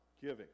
giving